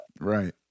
Right